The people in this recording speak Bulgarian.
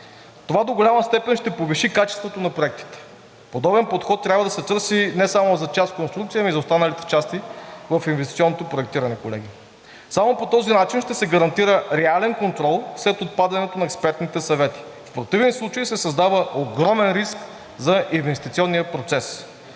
Това до голяма степен ще повиши качеството на проектите. Подобен подход трябва да се търси не само за част конструкция, но и за останалите части в инвестиционното проектиране, колеги. Само по този начин ще се гарантира реален контрол след отпадането на експертните съвети. В противен случай се създава огромен риск за инвестиционния процес.